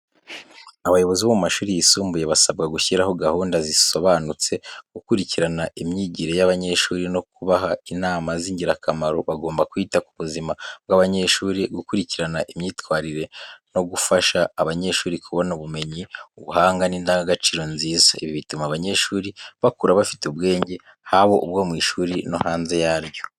Abayobozi bo mu mashuri yisumbuye basabwa gushyiraho gahunda zisobanutse, gukurikirana imyigire y’abanyeshuri no kubaha inama z’ingirakamaro. Bagomba kwita ku buzima bw’abanyeshuri, gukurikirana imyitwarire no gufasha abanyeshuri kubona ubumenyi, ubuhanga n’indangagaciro nziza. Ibi bituma abanyeshuri bakura bafite ubwenge, haba ubwo mu ishuri no hanze yaryo.